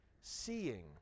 Seeing